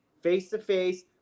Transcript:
face-to-face